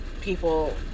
people